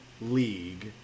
league